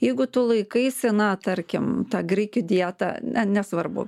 jeigu tu laikaisi na tarkim ta grikių dieta na nesvarbu